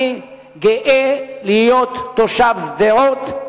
אני גאה להיות תושב שדרות.